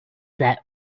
that